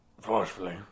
forcefully